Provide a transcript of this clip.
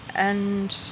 and